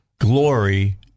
glory